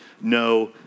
no